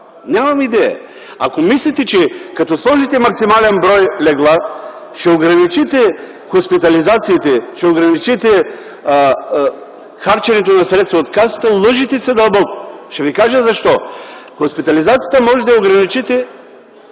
Нямам идея. Ако мислите, че като сложите максимален брой легла ще ограничите хоспитализациите, ще ограничите харченето на средства от Касата, лъжете се дълбоко! И ще ви кажа защо. Хоспитализацията може да я ограничите